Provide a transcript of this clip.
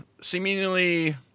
seemingly